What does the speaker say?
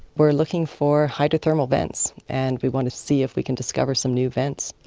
we are looking for hydrothermal vents, and we wanted see if we could discover some new vents.